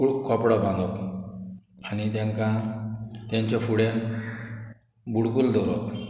कूळ कपडो बांदप आनी तांकां तेंच्या फुडें बुडकूल दवरप